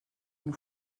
nous